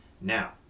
Now